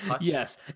yes